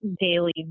daily